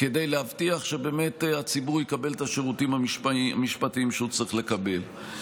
כדי להבטיח שהציבור באמת יקבל את השירותים המשפטיים שהוא צריך לקבל.